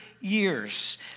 years